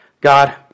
God